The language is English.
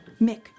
Mick